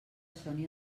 soni